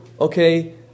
okay